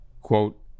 quote